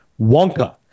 Wonka